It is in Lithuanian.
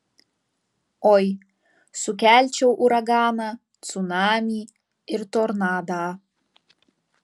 oi sukelčiau uraganą cunamį ir tornadą